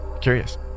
curious